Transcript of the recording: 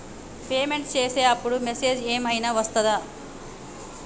Payment చేసే అప్పుడు message ఏం ఐనా వస్తదా?